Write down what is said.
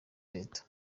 leta